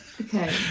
okay